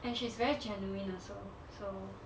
and she's very genuine also so